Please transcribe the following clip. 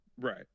Right